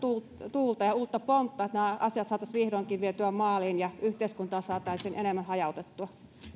tuulta ja uutta pontta että nämä asiat saataisiin vihdoinkin vietyä maaliin ja yhteiskuntaa saataisiin enemmän hajautettua